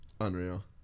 Unreal